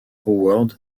howard